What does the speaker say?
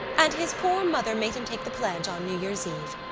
and his poor mother made him take the pledge on new year's eve.